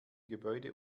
gebäude